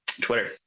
Twitter